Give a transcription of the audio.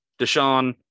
Deshaun